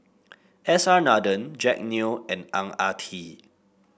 S R Nathan Jack Neo and Ang Ah Tee